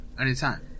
anytime